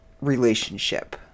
relationship